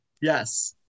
yes